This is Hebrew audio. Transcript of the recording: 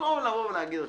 במקום להגיד לו: